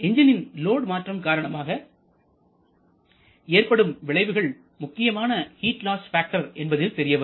எஞ்ஜினின் load மாற்றம் காரணமாக ஏற்படும் விளைவுகள் முக்கியமாக ஹிட் லாஸ் ஃபேக்டர் என்பதில் தெரியவரும்